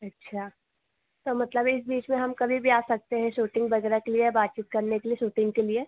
अच्छा तो मतलब है इस बीच में हम कभी भी आ सकते हैं शूटिंग वगैरह के लिए या बातचीत करने के लिए शूटिंग के लिए